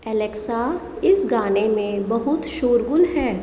Alexa इस गाने मे बहुत शोरगुल है